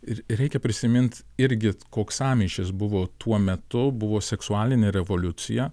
ir reikia prisimint irgi koks sąmyšis buvo tuo metu buvo seksualinė revoliucija